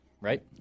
right